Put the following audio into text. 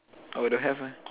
oh don't have lah